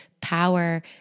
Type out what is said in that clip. power